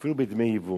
אפילו בדמי היוון.